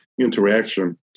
interaction